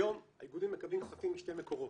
היום האיגודים מקבלים כספים משני מקורות,